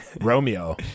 Romeo